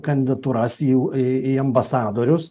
kanditūras į į ambasadorius